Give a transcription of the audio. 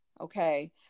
okay